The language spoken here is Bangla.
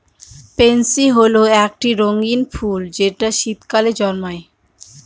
পেনসি হল একটি রঙ্গীন ফুল যেটা শীতকালে জন্মায়